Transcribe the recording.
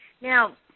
Now